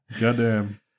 Goddamn